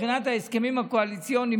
מבחינת ההסכמים הקואליציוניים,